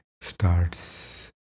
starts